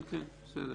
כן, בסדר.